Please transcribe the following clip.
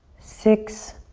six,